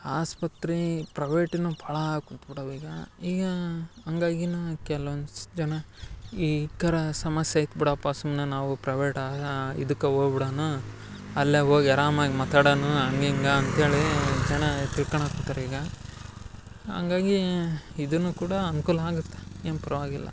ಆಸ್ಪತ್ರಿ ಪ್ರವೇಟಿನವ್ ಭಾಳಾ ಕುಂತ್ಬಿಟವ್ ಈಗ ಈಗಾ ಅಂಗಾಗಿನಾ ಕೆಲೊಂದ್ಸ್ ಜನ ಈ ಕರ ಸಮಸ್ಯೆ ಇತ್ ಬಿಡಪ್ಪ ಸುಮ್ನ ನಾವು ಪ್ರವೇಟ್ ಇದಕ್ಕ ಓಗ್ಬಿಡನ ಅಲ್ಲೆ ಓಗಿ ಅರಾಮಾಗ್ ಮಾತಾಡನು ಅಂಗ್ ಇಂಗ ಅಂತೇಳಿ ಜನ ತಿಳ್ಕಣಕತ್ತರ್ ಈಗ ಅಂಗಾಗೀ ಇದುನು ಕೂಡ ಅನ್ಕೂಲ ಆಗತ್ತೆ ಏನ್ ಪರ್ವಾಗಿಲ್ಲ